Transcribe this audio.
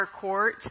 court